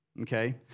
Okay